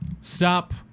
stop